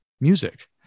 music